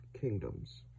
Kingdoms